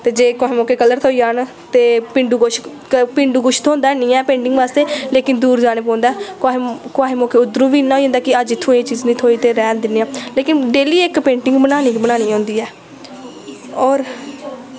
ते जे कुहै मौकै कलर थ्होई जान ते पिंडू कुछ पिंडू कुछ थ्होंदा हैनी ऐ पेंटिंग बास्तै लेकिन दूर जाने पौंदा कुहै कुहै मौके उद्धरों बी इयां होई जंदा कि अज्ज उत्थूं एह् चीज़ निं थ्होई ते रैह्न दिन्ने आं लेकिन डेली इक पेंटिंग बनानी गै बनानी होंदी ऐ होर